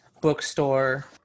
bookstore